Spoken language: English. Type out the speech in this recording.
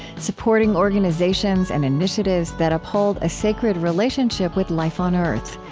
supporting organizations and initiatives that uphold a sacred relationship with life on earth.